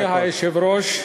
אדוני היושב-ראש,